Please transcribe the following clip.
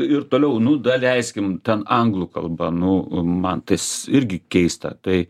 ir toliau nu daleiskim ten anglų kalba nu man tas irgi keista tai